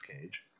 Cage